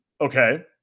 Okay